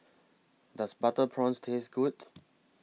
Does Butter Prawns Taste Good